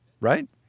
Right